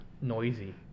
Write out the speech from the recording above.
Noisy